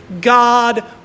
God